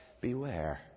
Beware